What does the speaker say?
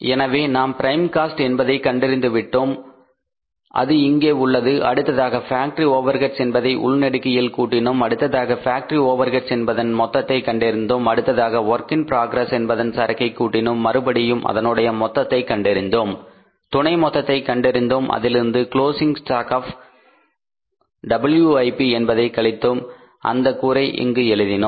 எனவே நாம் prime cost என்பதை கண்டறிந்துள்ளோம் அது இங்கே உள்ளது அடுத்ததாக ஃபேக்டரி ஓவர்ஹெட்ஸ் என்பதை உள்நெடுக்கையில் கூட்டினோம் அடுத்ததாக ஃபேக்டரி ஓவர்ஹெட்ஸ் என்பதன் மொத்தத்தை கண்டறிந்தோம் அடுத்ததாக வேர்க் இன் புரோகிரஸ் என்பதன் சரக்கை கூட்டினோம் மறுபடியும் அதனுடைய மொத்தத்தை கண்டறிந்தோம் துணை மொத்தத்தை கண்டறிந்தோம் அதிலிருந்து க்ளோஸிங் ஸ்டாக் ஆப் WIP என்பதை கழித்தோம் அந்த கூரை இங்கு எழுதினோம்